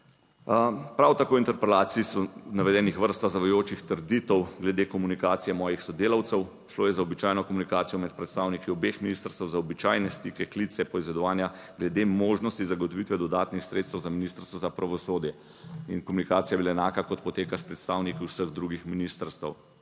Prav tako v interpelaciji so navedeni vrsta zavajajočih trditev glede komunikacije mojih sodelavcev. Šlo je za običajno komunikacijo med predstavniki obeh ministrstev za običajne stike, klice, poizvedovanja glede možnosti zagotovitve dodatnih sredstev za Ministrstvo za pravosodje in komunikacija je bila enaka, kot poteka s predstavniki vseh drugih ministrstev.